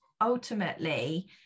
ultimately